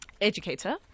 educator